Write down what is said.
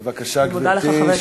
בבקשה, גברתי.